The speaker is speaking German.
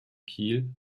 kiel